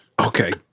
Okay